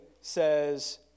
says